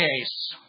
case